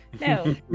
No